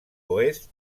oest